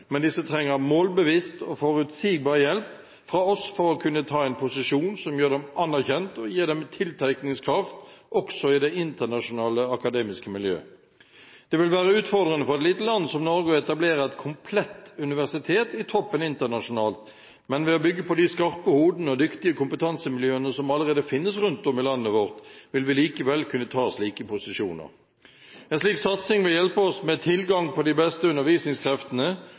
men disse trenger målbevisst og forutsigbar hjelp fra oss for å kunne innta en posisjon som gjør dem anerkjent og gir dem tiltrekningskraft også i det internasjonale akademiske miljø. Det vil være utfordrende for et lite land som Norge å etablere et komplett universitet i toppen internasjonalt, men ved å bygge på de skarpe hodene og dyktige kompetansemiljøene som allerede finnes rundt om i landet vårt, vil vi likevel kunne ta slike posisjoner. En slik satsing vil hjelpe oss med tilgang på de beste undervisningskreftene